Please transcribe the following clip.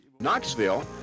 Knoxville